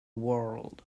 world